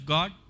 God